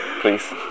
please